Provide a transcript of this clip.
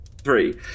Three